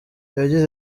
yagize